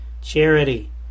charity